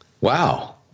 Wow